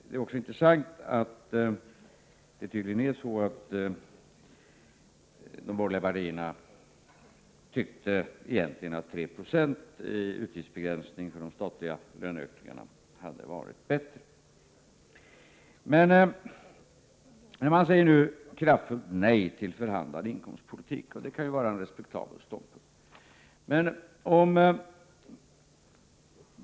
Det är också intressant att notera att de borgerliga partierna tydligen tyckte att 3 90 utgiftsbegränsning för de statliga löneökningarna egentligen hade varit bättre. Nu säger man kraftfullt nej till förhandlad inkomstpolitik, och det kan vara en respektabel ståndpunkt.